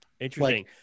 interesting